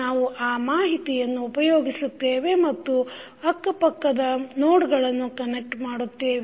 ನಾವು ಆ ಮಾಹಿತಿಯನ್ನು ಉಪಯೋಗಿಸುತ್ತೇವೆ ಮತ್ತು ಅಕ್ಕಪಕ್ಕದ ನೋಡ್ಗಳನ್ನು ಕನೆಕ್ಟ್ ಮಾಡುತ್ತೇವೆ